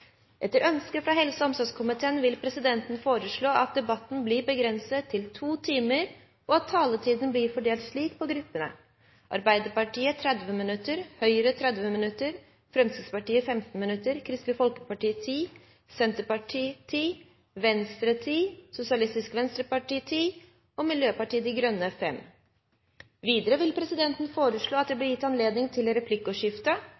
Etter ønske fra helse- og omsorgskomiteen vil presidenten foreslå at debatten blir begrenset til 2 timer, og at taletiden blir fordelt slik på gruppene: Arbeiderpartiet 30 minutter, Høyre 30 minutter, Fremskrittspartiet 15 minutter, Kristelig Folkeparti 10 minutter, Senterpartiet 10 minutter, Venstre 10 minutter, Sosialistisk Venstreparti 10 minutter, Miljøpartiet De Grønne 5 minutter. Videre vil presidenten foreslå at det